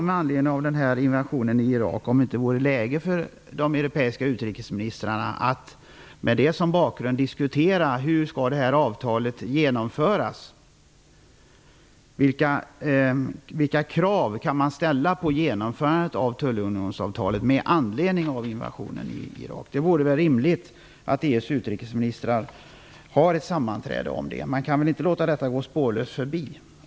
Med anledning av invasionenen i Irak undrar jag också om det inte vore läge för de europeiska utrikesministrarna att med den som bakgrund diskutera hur det här avtalet skall genomföras. Vilka krav kan man ställa på genomförandet av tullunionsavtalet med anledning av invasionen i Irak? Det vore väl rimligt att EU:s utrikesministrar har ett sammanträde om det. Man kan väl inte låta detta gå spårlöst förbi.